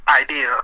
idea